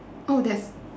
oh that's